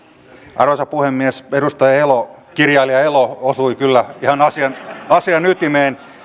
arvoisa puhemies edustaja elo kirjailija elo osui kyllä ihan asian asian ytimeen